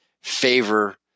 favor